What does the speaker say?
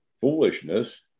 foolishness